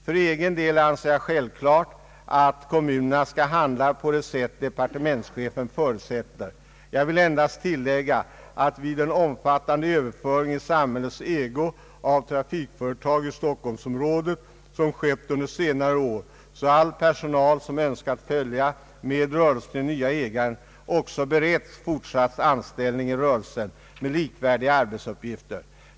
För egen del anser jag det självklart att kommunerna skall handla på det sätt departementschefen förutsätter. Jag vill endast tillägga att vid den omfattande överföring i samhällets ägo av trafikföretag i Stockholmsområdet som skett under senare år så har all personal som önskat följa med rörelsen till den nye ägaren också beretts fortsatt anställning i rörelsen med likvärdigt arbete.